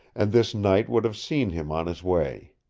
and this night would have seen him on his way.